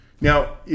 Now